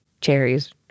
cherries